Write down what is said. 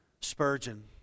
Spurgeon